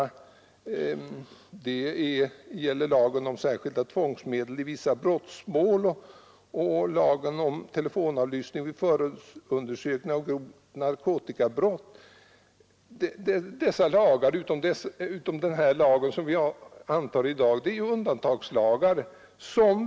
Lagen om särskilda tvångsmedel i vissa brottmål, lagen om telefonavlyssning vid förundersökning av grovt narkotikabrott och den lag som vi i dag kommer att anta är ju undantagslagar.